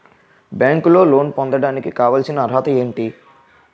బ్యాంకులో లోన్ పొందడానికి కావాల్సిన అర్హత ఏంటి?